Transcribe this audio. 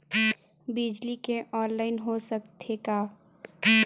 बिजली के ऑनलाइन हो सकथे का?